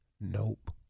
Nope